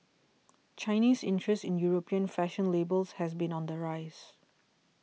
Chinese interest in European fashion labels has been on the rise